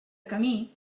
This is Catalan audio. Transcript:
camí